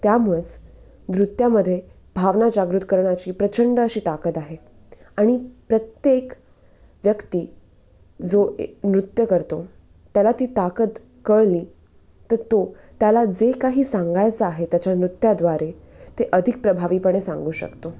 त्यामुळेच नृत्यामध्ये भावना जागृत करणाची प्रचंड अशी ताकद आहे आणि प्रत्येक व्यक्ती जो ए नृत्य करतो त्याला ती ताकद कळली तर तो त्याला जे काही सांगायचं आहे त्याच्या नृत्याद्वारे ते अधिक प्रभावीपणे सांगू शकतो